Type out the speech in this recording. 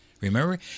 Remember